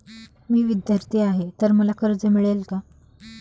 मी विद्यार्थी आहे तर मला कर्ज मिळेल का?